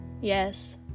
Yes